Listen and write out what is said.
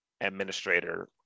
administrator